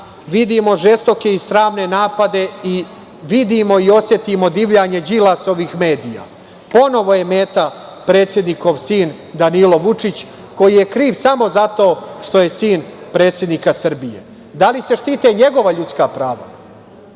vidimo žestoke i sramne napade i vidimo i osetimo divljanje Đilasovih medija. Ponovo je meta predsednikov sin Danilo Vučić, koji je kriv samo zato što je sin predsednika Srbije. Da li se štite njegova ljudska prava?